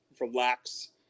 relax